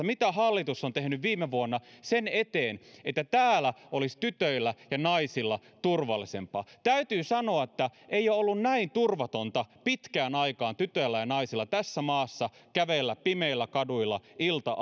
mitä hallitus on tehnyt viime vuonna sen eteen että täällä olisi tytöillä ja naisilla turvallisempaa täytyy sanoa että ei ole ollut näin turvatonta pitkään aikaan tytöillä ja naisilla tässä maassa kävellä pimeillä kaduilla ilta